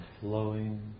flowing